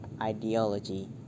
ideology